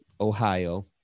Ohio